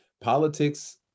politics